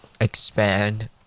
expand